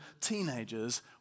teenagers